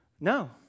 No